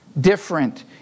different